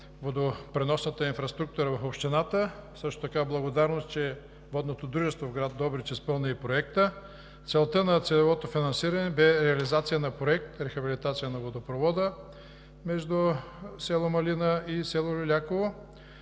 водопреносната инфраструктура в общината. Също така благодарност, че водното дружество в град Добрич изпълни и проекта. Целта на целевото финансиране бе реализация на проект „Рехабилитация на водопровода между село Малина и село Люляково“